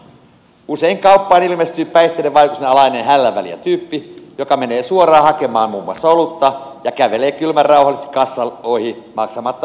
usein kauppaan ilmestyy päihteiden vaikutuksen alainen hällä väliä tyyppi joka menee suoraan hakemaan muun muassa olutta ja kävelee kylmän rauhallisesti kassan ohi maksamatta ostoksiaan